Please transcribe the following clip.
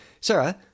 Sarah